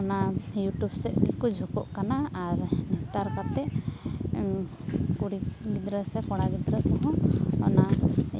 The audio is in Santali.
ᱚᱱᱟ ᱤᱭᱩᱴᱩᱵ ᱥᱮᱫ ᱜᱮᱠᱚ ᱡᱷᱩᱠᱩᱜ ᱠᱟᱱᱟ ᱟᱨ ᱛᱟᱨ ᱠᱟᱛᱮ ᱠᱩᱲᱤ ᱜᱤᱫᱽᱨᱟᱹ ᱥᱮ ᱠᱚᱲᱟ ᱜᱤᱫᱽᱨᱟᱹ ᱠᱚᱦᱚᱸ ᱚᱱᱟ